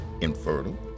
infertile